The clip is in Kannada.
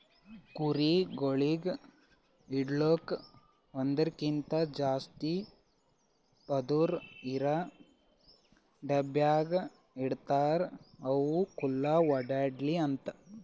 ಕೋಳಿಗೊಳಿಗ್ ಇಡಲುಕ್ ಒಂದಕ್ಕಿಂತ ಜಾಸ್ತಿ ಪದುರ್ ಇರಾ ಡಬ್ಯಾಗ್ ಇಡ್ತಾರ್ ಅವು ಖುಲ್ಲಾ ಓಡ್ಯಾಡ್ಲಿ ಅಂತ